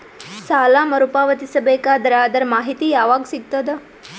ಸಾಲ ಮರು ಪಾವತಿಸಬೇಕಾದರ ಅದರ್ ಮಾಹಿತಿ ಯವಾಗ ಸಿಗತದ?